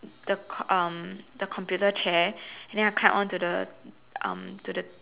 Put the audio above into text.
the co~ um the computer chair and then I climbed onto the um to the